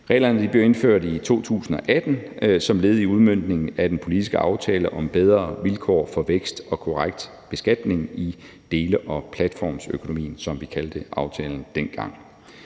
Reglerne blev indført i 2018 som led i udmøntningen af den politiske aftale »Bedre vilkår for vækst og korrekt skattebetaling i dele- og platformsøkonomien«, som vi kaldte aftalen dengang.